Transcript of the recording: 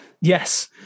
Yes